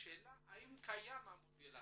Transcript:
השאלה האם קיים המודל הזה.